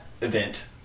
event